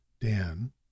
dan